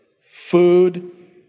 food